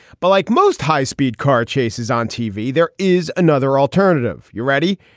but like most high speed car chases on tv there is another alternative. you're ready.